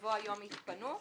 בבוא היום יתפנו.